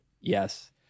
Yes